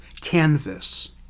canvas